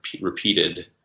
repeated